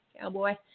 cowboy